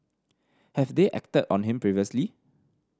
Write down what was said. have they acted on him previously